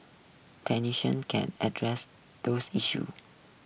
can address those issues